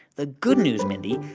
the good news, mindy,